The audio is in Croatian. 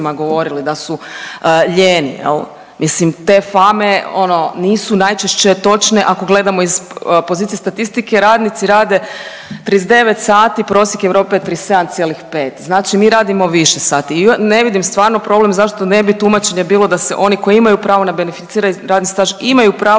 govorili da su lijeni jel. Mislim te fame ono nisu najčešće točne ako gledamo iz pozicije statistike radnici rade 39 sati, prosjek Europe je 37,5. Znači mi radimo više sati. I ne vidim stvarno problem zašto ne bi tumačenje bilo da se oni koji imaju pravo na beneficirani radni staž imaju pravo